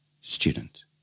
Student